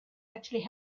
actually